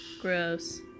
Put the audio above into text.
Gross